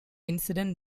incident